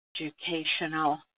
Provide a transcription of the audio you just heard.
educational